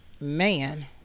Man